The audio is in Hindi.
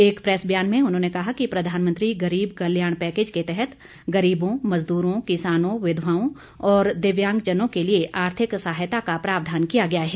एक प्रेस बयान में उन्होंने कहा कि प्रधानमंत्री गरीब कल्याण पैकेज़ के तहत गरीबों मजद्रों किसानों विधवाओं और दिव्यांग जनों के लिए आर्थिक सहायता का प्रावधान किया गया है